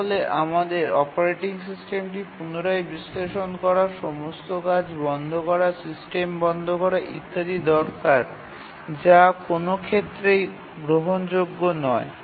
তাহলে আমাদের সমস্ত কাজ বন্ধ করে অপারেটিং সিস্টেমটি পুনরায় বিশ্লেষণ করা প্রয়োজন এবং সিস্টেমটি বন্ধ করা দরকার যা কোনও ক্ষেত্রেই গ্রহণযোগ্য নয়